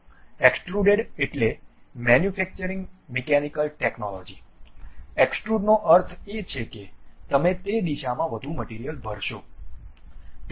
extruded એટલે manufacturing mechanical technology એક્સ્ટ્રુડનો અર્થ એ છે કે તમે તે દિશામાં વધુ મટીરીયલ ભરશો